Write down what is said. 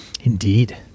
Indeed